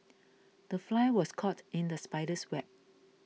the fly was caught in the spider's web